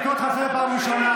אני קורא אותך לסדר פעם ראשונה.